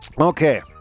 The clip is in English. Okay